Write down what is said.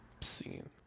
scene